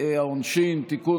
העונשין (תיקון,